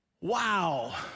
Wow